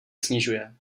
snižuje